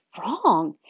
wrong